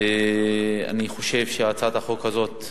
ואני חושב שהצעת החוק הזו,